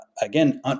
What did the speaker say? Again